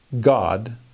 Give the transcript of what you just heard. God